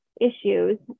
issues